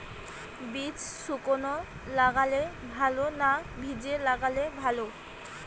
বীজ শুকনো লাগালে ভালো না ভিজিয়ে লাগালে ভালো?